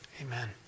Amen